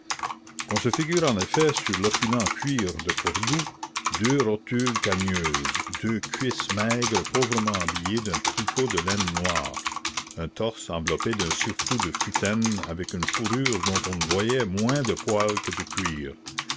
qu'on se figure en effet sur l'opulent cuir de cordoue deux rotules cagneuses deux cuisses maigres pauvrement habillées d'un tricot de laine noire un torse enveloppé d'un surtout de futaine avec une fourrure dont on voyait moins de poil que de cuir